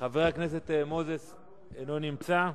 חבר הכנסת מוזס אינו נמצא.